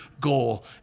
goal